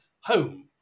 home